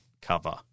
cover